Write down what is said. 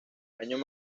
años